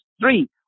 three